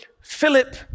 Philip